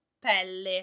pelle